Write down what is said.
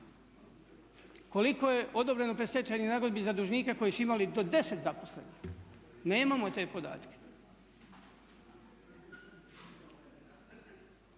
Koliko je odobreno predstečajnih nagodbi za dužnike koji su imali do 10 zaposlenih? Nemamo te podatke.